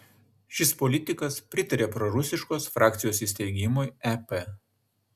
šis politikas pritaria prorusiškos frakcijos įsteigimui ep